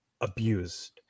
abused